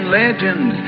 legend